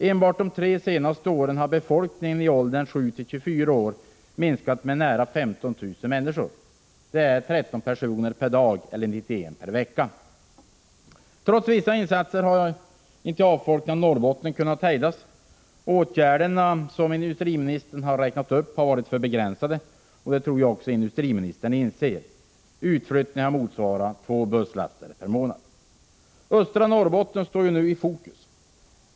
Enbart under de tre senaste åren har befolkningen — det gäller då människor i åldrarna 7—-24 år — minskat med nära personer per vecka. 1april 1986 Trots vissa insatser har avfolkningen av Norrbotten inte kunnat hejdas. De åtgärder som industriministern räknat upp har varit alltför begränsade. Det NE tror jag att även industriministern inser. Utflyttningen har motsvarat två == Se iskogslänen, busslaster per månad. m.m. Östra Norrbotten står nu i fokus.